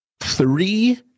three